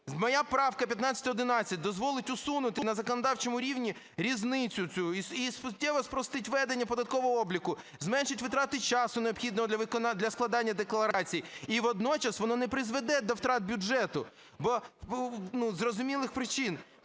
Моя правка 1511 дозволить усунути на законодавчому рівні різницю і суттєво спростить ведення податкового обліку, зменшить витрати часу, необхідного для складання декларацій, і водночас, воно не призведе до втрат бюджету з зрозумілих причин,